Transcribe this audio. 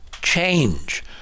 change